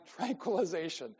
tranquilization